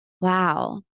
Wow